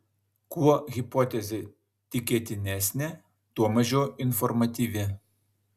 kuo hipotezė tikėtinesnė tuo mažiau informatyvi